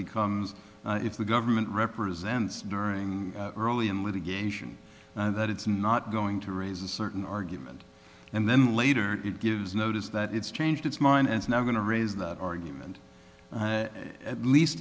becomes if the government represents during early in litigation that it's not going to raise a certain argument and then later it gives notice that it's changed its mind and i'm going to raise the argument at least